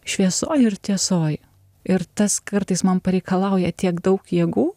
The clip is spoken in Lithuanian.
šviesoj ir tiesoj ir tas kartais man pareikalauja tiek daug jėgų